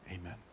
Amen